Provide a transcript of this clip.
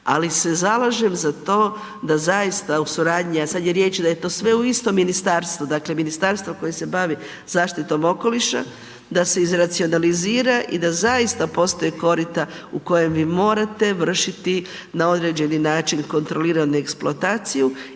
ali se zalažem za to da zaista u suradnji, a sad je riječ da je to sve u istom ministarstvu, dakle, ministarstvo koje se bavi zaštitom okoliša da se izracionalizira i da zaista postoje korita u kojem vi morate vršiti na određeni način kontroliranu eksploataciju